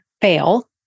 fail